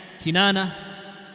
Kinana